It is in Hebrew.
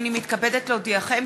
הנני מתכבדת להודיעכם,